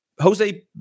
Jose